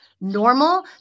normal